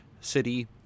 city